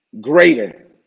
greater